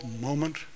moment